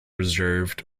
reserved